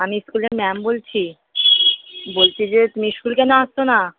আমি স্কুলের ম্যাম বলছি বলছি যে তুমি স্কুল কেনো আসছ না